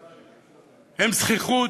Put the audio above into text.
זחיחות,